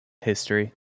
history